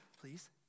please